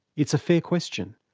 it's a fair question.